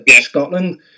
Scotland